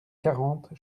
quarante